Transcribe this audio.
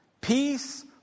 Peace